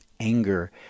anger